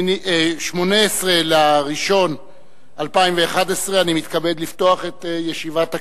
18 בינואר 2011. אני מתכבד לפתוח את ישיבת הכנסת.